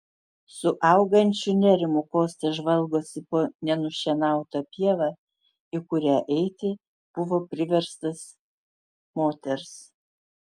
su augančiu nerimu kostas žvalgosi po nenušienautą pievą į kurią eiti buvo priverstas moters